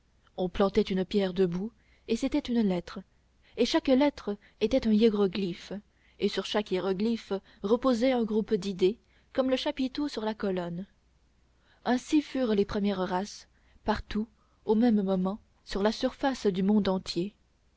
on plantait une pierre debout et c'était une lettre et chaque lettre était un hiéroglyphe et sur chaque hiéroglyphe reposait un groupe d'idées comme le chapiteau sur la colonne ainsi firent les premières races partout au même moment sur la surface du monde entier